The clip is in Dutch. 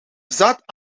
zat